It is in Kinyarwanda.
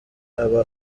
aba